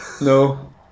no